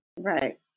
Right